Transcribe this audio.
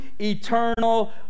eternal